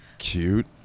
cute